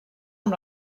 amb